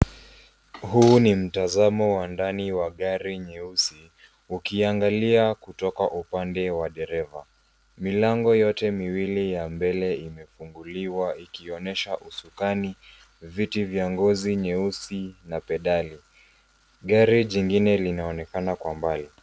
Huu ni mtazamo wa ndani wa gari nyeusi ukiangalia kutoka upande wa dereva. Milango yote miwili ya mbele imefunguliwa ikionyesha usukani, viti vya ngozi nyeusi na pedali. Gari jingine linaonekana kwa mbali.